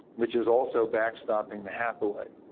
which is also back stopping the hathaway,